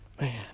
Man